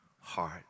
heart